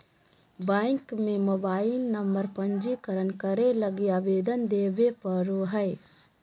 bank में mobile number पंजीकरण करे लगी आवेदन देबे पड़ो हइ